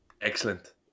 excellent